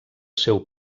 seu